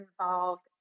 involved